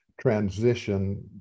transition